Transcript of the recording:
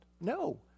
No